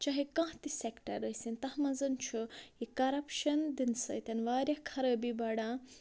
چاہے کانٛہہ تہِ سٮ۪کٹَر ٲسِنۍ تَتھ منٛز چھُ یہِ کَرَپشَن دِنہٕ سۭتۍ واریاہ خرٲبی بڑان